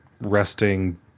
resting